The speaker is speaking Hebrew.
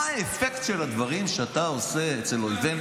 האם אתה שואל את עצמך מה האפקט של הדברים שאתה עושה אצל אויבינו?